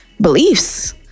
beliefs